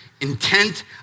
intent